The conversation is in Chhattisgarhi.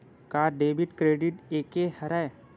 का डेबिट क्रेडिट एके हरय?